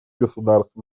государств